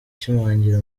ishimangira